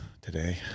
today